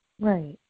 Right